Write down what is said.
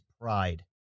pride